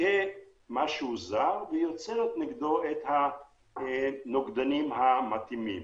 כמשהו זר והיא יוצרת נגדו את הנוגדנים המתאימים.